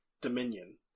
Dominion